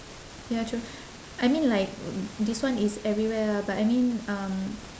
ya true I mean like this one is everywhere ah but I mean um